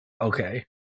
Okay